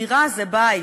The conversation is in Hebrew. דירה זה בית.